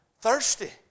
thirsty